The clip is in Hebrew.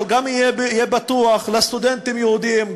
אבל גם יהיה פתוח לסטודנטים יהודים,